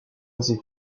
assez